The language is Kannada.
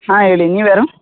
ಹಾಂ ಹೇಳಿ ನೀವು ಯಾರು